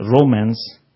Romans